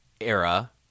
era—